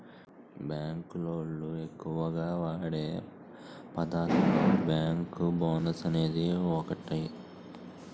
bank లోళ్ళు ఎక్కువగా వాడే పదాలలో బ్యేంకర్స్ బోనస్ అనేది ఒకటి